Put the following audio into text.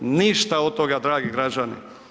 Ništa od toga dragi građani.